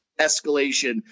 escalation